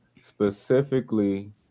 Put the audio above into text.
specifically